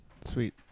Sweet